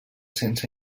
sense